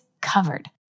covered